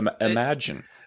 Imagine